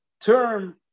term